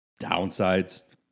downsides